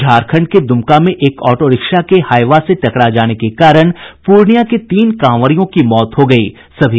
झारखंड के दुमका में एक ऑटो रिक्शा के हाईवा से टकरा जाने के कारण पूर्णियां के तीन कांवरियों की मौत हो गयी